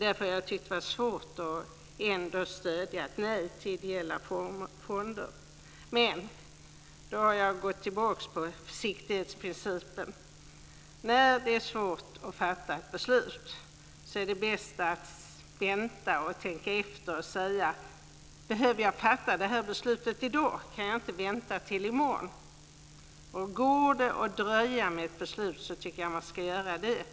Därför har det varit svårt att stödja ett nej till ideella fonder. Då har jag gått tillbaka till försiktighetsprincipen. När det är svårt att fatta ett beslut är det bäst att vänta, tänka efter och fråga sig om beslutet behöver fattas i dag eller om det går att vänta till i morgon. Går det att dröja med ett beslut ska man göra det.